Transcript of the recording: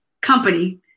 company